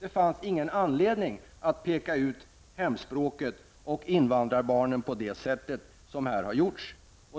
Det fanns ingen anledning att peka ut hemspråket och invandrarbarnen på det sätt som gjordes här.